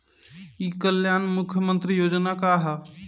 ई कल्याण मुख्य्मंत्री योजना का है?